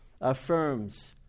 affirms